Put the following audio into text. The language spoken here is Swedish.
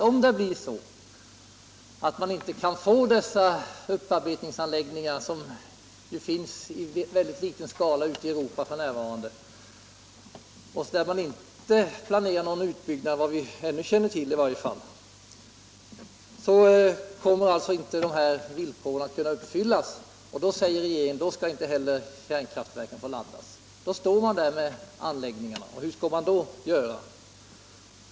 Om man inte kan få fram upparbetningsanläggningar i tillräcklig mängd - f. n. är antalet sådana anläggningar mycket litet, och vad jag känner till planeras inte någon utbyggnad —- kommer dessa villkor inte att kunna uppfyllas, och då skall inte heller kärnkraftverken få laddas. I det läget står man där med anläggningarna, och hur skall man då göra?